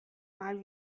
mal